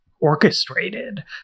orchestrated